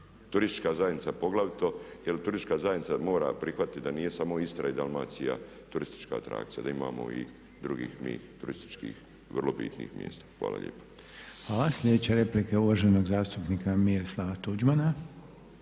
turistička zajednica poglavito jer turistička zajednica mora prihvatiti da nije samo Istra i Dalmacija turistička situacija, da imamo i drugih mi turističkih vrlo bitnih mjesta. Hvala lijepa. **Reiner, Željko (HDZ)** Hvala. Sljedeća replika uvaženog zastupnika Miroslava Tuđmana.